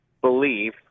believe